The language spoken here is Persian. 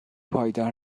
پایدار